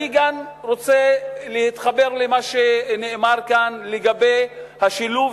אני גם רוצה להתחבר למה שנאמר כאן לגבי השילוב